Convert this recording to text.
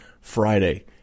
Friday